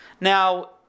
Now